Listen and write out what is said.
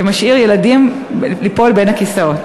שמשאיר ילדים ליפול בין הכיסאות.